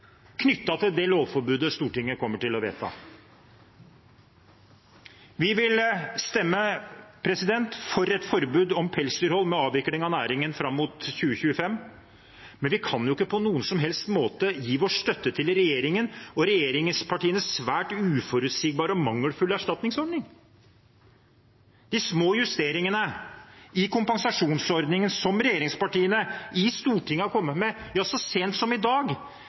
knyttet til det lovforbudet som Stortinget kommer til å vedta. Vi vil stemme for et forbud mot pelsdyrhold med avvikling av næringen fram mot 2025, men vi kan ikke på noen som helst måte gi vår støtte til regjeringen og regjeringspartienes svært uforutsigbare og mangelfulle erstatningsordning. De små justeringene i kompensasjonsordningen som regjeringspartiene i Stortinget har kommet med så sent som i dag,